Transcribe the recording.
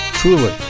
truly